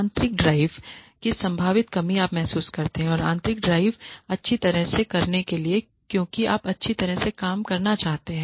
आंतरिक ड्राइवकी संभावित कमी आप महसूस करते है और आंतरिक ड्राइव अच्छी तरह से करने के लिए क्योंकि आप अच्छी तरह से कम करना चाहते हैं